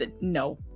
No